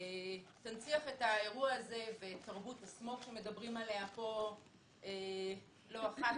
שתנציח את האירוע הזה ואת תרבות ה"סמוך" שמדברים עליה פה לא אחת.